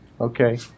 okay